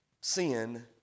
Sin